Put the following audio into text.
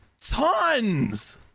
tons